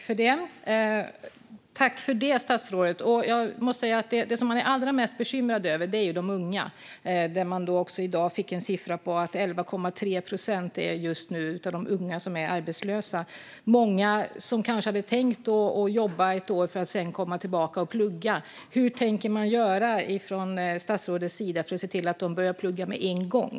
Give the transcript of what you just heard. Fru talman! Tack för det, statsrådet! Det som man är allra mest bekymrad över är de unga. I dag fick vi besked om att 11,3 procent av de unga är arbetslösa. Många hade kanske tänkt jobba ett år för att sedan komma tillbaka och plugga. Hur tänker statsrådet att man ska göra för att se till att de börjar plugga med en gång?